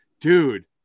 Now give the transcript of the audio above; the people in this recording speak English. dude